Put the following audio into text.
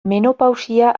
menopausia